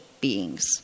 beings